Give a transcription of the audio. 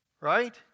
Right